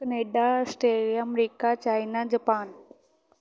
Canada Australia America China Japan